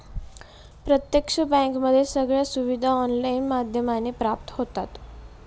प्रत्यक्ष बँकेमध्ये सगळ्या सुविधा ऑनलाईन माध्यमाने प्राप्त होतात